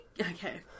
Okay